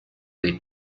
dei